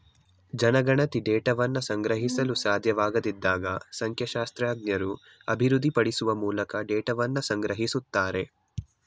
ಜನಗಣತಿ ಡೇಟಾವನ್ನ ಸಂಗ್ರಹಿಸಲು ಸಾಧ್ಯವಾಗದಿದ್ದಾಗ ಸಂಖ್ಯಾಶಾಸ್ತ್ರಜ್ಞರು ಅಭಿವೃದ್ಧಿಪಡಿಸುವ ಮೂಲಕ ಡೇಟಾವನ್ನ ಸಂಗ್ರಹಿಸುತ್ತಾರೆ